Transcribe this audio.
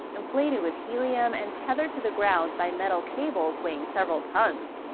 inflated with helium and tethered to the ground by metal cables weighing several tons.